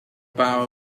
bauer